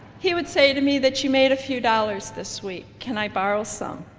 he would say to me, that you made a few dollars this week, can i borrow some.